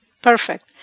perfect